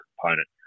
component